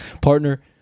Partner